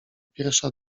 pierwsza